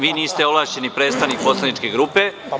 Vi niste ovlašćeni predstavnik poslaničke grupe.